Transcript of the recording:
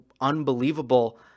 unbelievable